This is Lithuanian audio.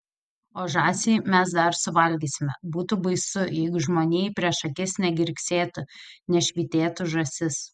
o žąsį mes dar suvalgysime būtų baisu jeigu žmonijai prieš akis negirgsėtų nešvytėtų žąsis